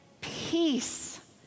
peace